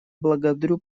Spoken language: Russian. благодарю